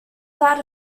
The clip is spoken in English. that